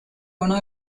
uno